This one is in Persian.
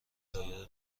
دایره